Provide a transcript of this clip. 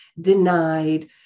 denied